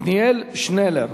עתניאל שנלר.